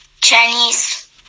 Chinese